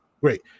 great